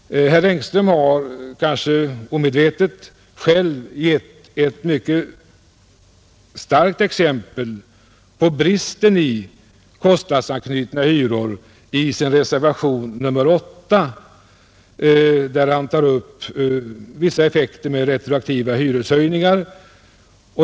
Herr Engström har, kanske omedvetet, själv gett ett mycket starkt exempel på bristen i kostnadsanknutna hyror i sin reservation nr 8, där han tar upp vissa effekter av retroaktiva hyreshöjningar.